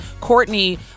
Courtney